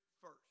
first